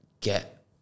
get